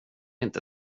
inte